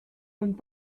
und